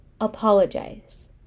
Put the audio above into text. Apologize